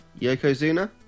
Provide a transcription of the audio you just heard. Yokozuna